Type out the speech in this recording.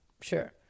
sure